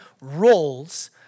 roles